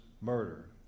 murder